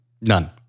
none